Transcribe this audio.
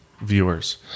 Viewers